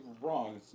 wrong